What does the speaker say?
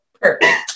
Perfect